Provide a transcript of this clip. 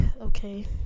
okay